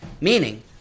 Meaning